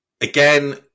Again